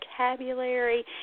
vocabulary